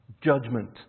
judgment